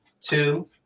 two